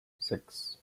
six